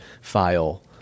file